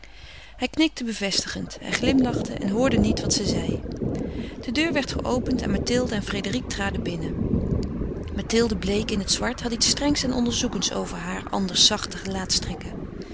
hij knikte bevestigend hij glimlachte en hoorde niet wat zij zeide de deur werd geopend en mathilde en frédérique traden binnen mathilde bleek in het zwart had iets strengs en onderzoekends over haar anders